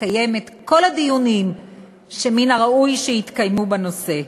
לקיים את כל הדיונים שמן הראוי שיתקיימו בנושא.